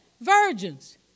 Virgins